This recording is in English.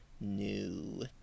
new